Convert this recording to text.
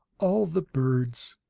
all the birds,